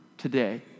today